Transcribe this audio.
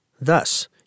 Thus